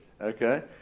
Okay